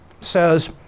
says